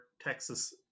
Texas